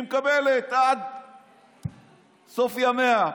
היא מקבלת עד סוף ימיה,